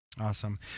Awesome